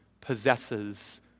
possesses